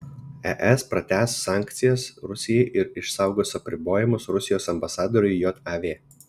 es pratęs sankcijas rusijai ir išsaugos apribojimus rusijos ambasadoriui jav